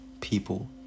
people